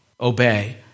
obey